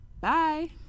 Bye